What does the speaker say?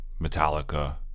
Metallica